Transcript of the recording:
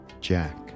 Jack